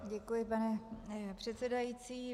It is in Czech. Děkuji, pane předsedající.